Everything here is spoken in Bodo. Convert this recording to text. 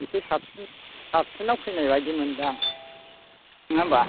एसे साबसिन साबसिनाव फैनाय बायदि मोनदां नङा होनब्ला